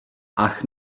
ach